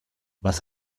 was